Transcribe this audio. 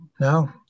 no